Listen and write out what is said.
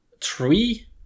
three